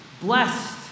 Blessed